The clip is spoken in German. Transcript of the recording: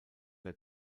der